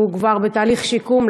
הוא עדיין בתהליך שיקום,